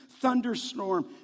thunderstorm